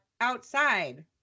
outside